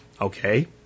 Okay